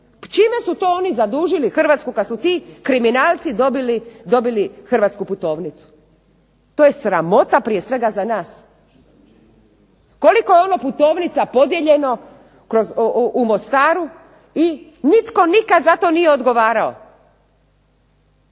čime su to onda oni zadužili Hrvatsku kada su kriminalci dobili Hrvatsku putovnicu, to je sramota prije svega za nas. Koliko je ono putovnica podijeljeno u Mostaru i nitko nikada za to nije odgovarao.